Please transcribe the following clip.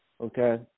okay